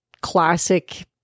classic